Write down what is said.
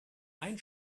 ein